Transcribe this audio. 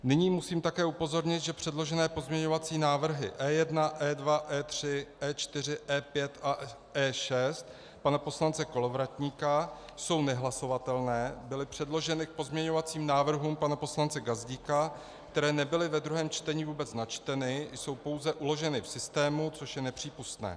Nyní musím také upozornit, že předložené pozměňovací návrhy E1, E2, E3, E4, E5 a E6 pana poslance Kolovratníka jsou nehlasovatelné, byly předloženy k pozměňovacím návrhům pana poslance Gazdíka, které nebyly ve druhém čtení vůbec načteny, jsou pouze uloženy v systému, což je nepřípustné.